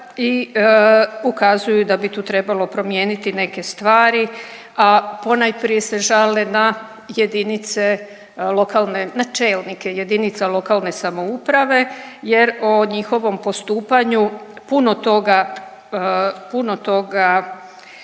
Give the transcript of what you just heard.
i ukazuju da bi tu trebalo promijeniti neke stvari, a ponajprije se žale na jedinice lokalne, na čelnike jedinica lokalne samouprave jer o njihovom postupanju puno toga, puno toga